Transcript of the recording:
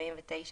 49